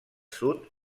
sud